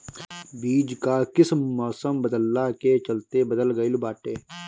बीज कअ किस्म मौसम बदलला के चलते बदल गइल बाटे